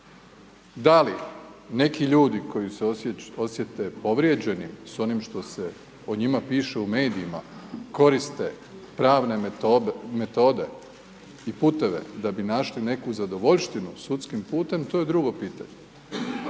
Da li neki ljudi koji se osjete povrijeđeni s onim što se o njima piše u medijima koriste pravne metode i puteve da bi našli neku zadovoljštinu sudskim putem, to je drugo pitanje